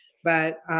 but